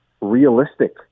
realistic